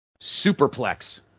superplex